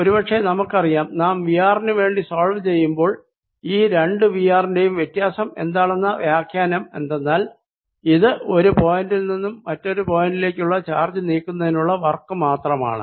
ഒരു പക്ഷെ നമുക്കറിയാം നാം V r നു വേണ്ടി സോൾവ് ചെയ്യുമ്പോൾ ഈ രണ്ടു V ആറിന്റെയും വ്യത്യാസം എന്താണെന്ന വ്യാഖ്യാനം എന്തെന്നാൽ ഇത് ഒരു പോയിന്റിൽ നിന്നും മറ്റൊരു പോയിന്റിലേക്ക് ചാർജ് നീക്കുന്നതിനുള്ള വർക്ക് മാത്രമാണ്